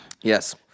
Yes